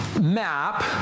map